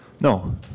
No